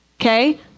Okay